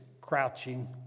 crouching